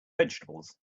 vegetables